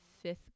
fifth